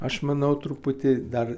aš manau truputį dar